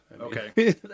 okay